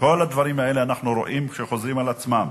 כל הדברים האלה, אנחנו רואים שהם חוזרים על עצמם,